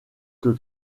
que